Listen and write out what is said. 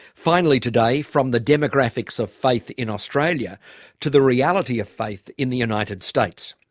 finally today, from the demographics of faith in australia to the reality of faith in the united states.